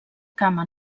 cama